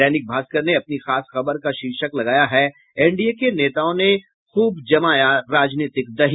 दैनिक भास्कर ने अपनी खास खबर का शीर्षक लगाया है एनडीए के नेताओं ने खूब जमाया राजनीतिक दही